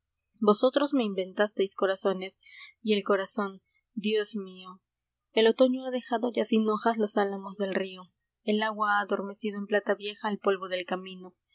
vosotros me inventasteis corazones y el corazón dios mío el otoño ha dejado ya sin hojas los álamos del río el agua ha adormecido en plata vieja al polvo del camino